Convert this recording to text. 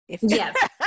Yes